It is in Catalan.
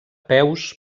peus